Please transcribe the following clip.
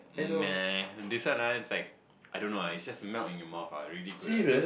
meh this one ah it's like I don't know ah it just melts in your mouth ah really good ah